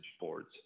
boards